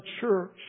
church